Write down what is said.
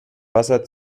wasser